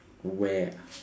where ah